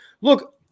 look